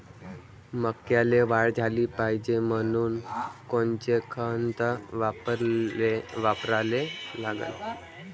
मक्याले वाढ झाली पाहिजे म्हनून कोनचे खतं वापराले लागन?